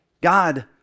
God